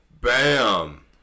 bam